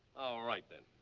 all right, then.